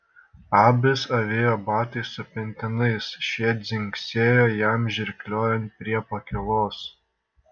abis avėjo batais su pentinais šie dzingsėjo jam žirgliojant prie pakylos